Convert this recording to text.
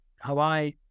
Hawaii